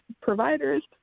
providers